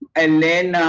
and then